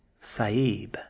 Sa'ib